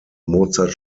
mozart